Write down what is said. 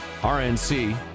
RNC